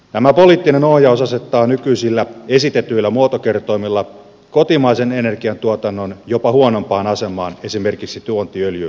tämä poliittinen ohjaus asettaa nykyisillä esitetyillä muotokertoimilla kotimaisen energiatuotannon jopa huonompaan asemaan esimerkiksi tuontiöljyyn verrattaessa